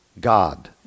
God